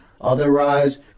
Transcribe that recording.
Otherwise